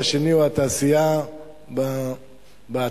והשני הוא התעשייה בעתיד.